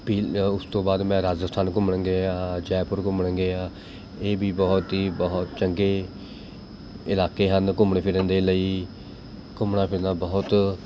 ਪੀ ਉਸ ਤੋਂ ਬਾਅਦ ਮੈਂ ਰਾਜਸਥਾਨ ਘੁੰਮਣ ਗਿਆ ਹਾਂ ਜੈਪੁਰ ਘੁੰਮਣ ਗਿਆ ਇਹ ਵੀ ਬਹੁਤ ਹੀ ਬਹੁਤ ਚੰਗੇ ਇਲਾਕੇ ਹਨ ਘੁੰਮਣ ਫਿਰਨ ਦੇ ਲਈ ਘੁੰਮਣਾ ਫਿਰਨਾ ਬਹੁਤ